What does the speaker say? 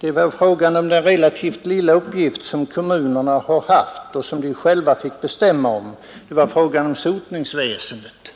Det var fråga om en relativt liten uppgift som kommunerna har haft att själva reglera, nämligen sotningsväsendet.